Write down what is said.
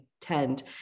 tend